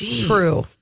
True